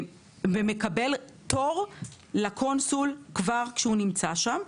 ומקבל תור לקונסול כבר כשהוא נמצא שם.